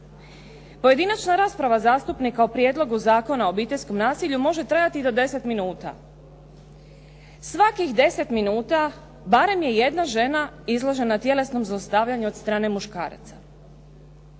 Pojedinačna rasprava zastupnika o Prijedlogu zakona o obiteljskom nasilju može trajati do deset minuta. Svakih deset minuta barem je jedna žena izložena tjelesnom zlostavljanju od strane muškaraca.